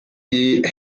sie